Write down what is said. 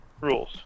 rules